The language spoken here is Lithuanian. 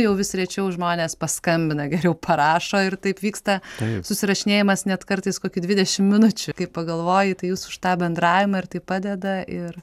jau vis rečiau žmonės paskambina geriau parašo ir taip vyksta susirašinėjimas net kartais kokių dvidešim minučių kai pagalvoji tai jūs už tą bendravimą ir tai padeda ir